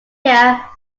here